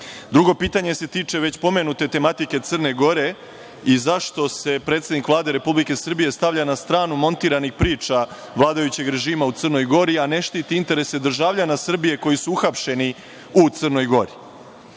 pitanje se tiče već pomenute tematike Crne Gore i zašto se predsednik Vlade Republike Srbije stavlja na stranu montiranih priča vladajućeg režima u Crnoj Gori, a ne štiti interese državljana Srbije koji su uhapšeni u Crnoj Gori?